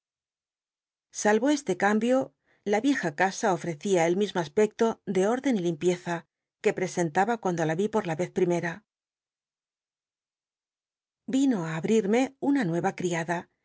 este cambio la vieja casa ofrecia el mismo aspecto de órden y limpieza que presenlaba cuando la por la primer a ez vino á abrirme una nue a criada